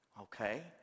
okay